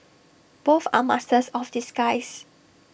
both are masters of disguise